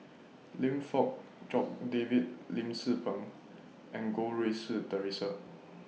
Lim Fong Jock David Lim Tze Peng and Goh Rui Si Theresa